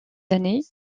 années